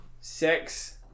Six